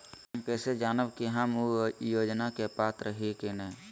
हम कैसे जानब की हम ऊ योजना के पात्र हई की न?